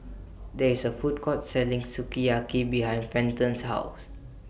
There IS A Food Court Selling Sukiyaki behind Fenton's House